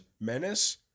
menace